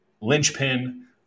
linchpin